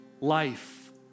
Life